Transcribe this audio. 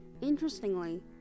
Interestingly